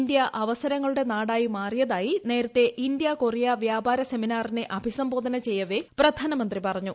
India അവസരങ്ങളുടെ നാടായി മാറിയതായി നേരത്തെ ഇന്ത്യ കൊറിയ വ്യാപാര സെമിനാറിനെ അഭിസംബോധന ചെയ്യവെ പ്രധാനമന്ത്രി പറഞ്ഞു